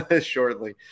shortly